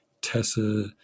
Tessa